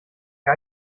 für